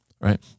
right